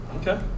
okay